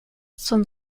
zum